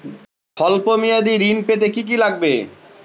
সল্প মেয়াদী ঋণ পেতে কি কি লাগবে?